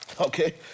Okay